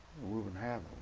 we wouldn't have